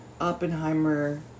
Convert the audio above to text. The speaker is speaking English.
Oppenheimer